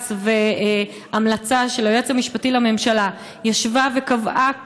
בג"ץ והמלצה של היועץ המשפטי לממשלה ישבה וקבעה